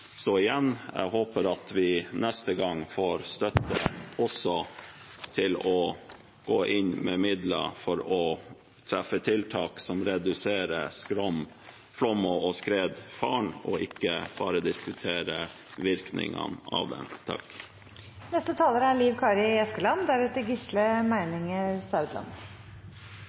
Igjen: Jeg håper at vi neste gang får støtte også til å gå inn med midler for å treffe tiltak som reduserer flom- og skredfaren, og at vi ikke bare diskuterer virkningene av